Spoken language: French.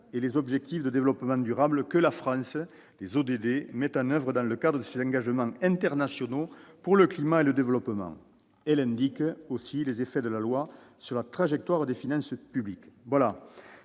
et les objectifs de développement durable que la France met en oeuvre dans le cadre de ses engagements internationaux pour le climat et le développement. Elle indique les effets de la loi sur la trajectoire des finances publiques.